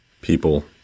people